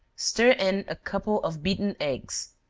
stir in a couple of beaten eggs,